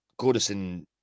Goodison